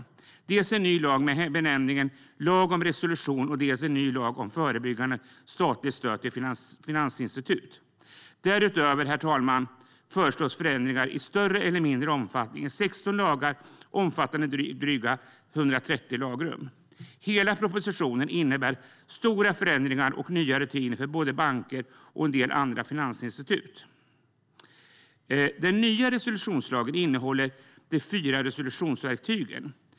Det är dels en ny lag med benämningen lag om resolution, dels en ny lag om förebyggande statligt stöd till kreditinstitut. Därutöver, herr talman, föreslås förändringar i större eller mindre omfattning i 16 lagar omfattande drygt 130 lagrum. Hela propositionen innebär stora förändringar och nya rutiner för både banker och en del andra finansinstitut. Den nya resolutionslagen innehåller de fyra resolutionsverktygen.